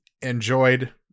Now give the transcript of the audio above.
enjoyed